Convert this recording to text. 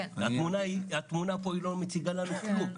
התמונה פה לא מציגה לנו כלום.